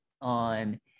on